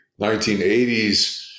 1980s